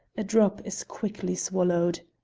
a drop is quickly swallowed.